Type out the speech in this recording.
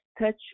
touch